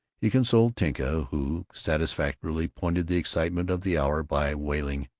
he consoled tinka, who satisfactorily pointed the excitement of the hour by wailing.